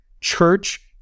church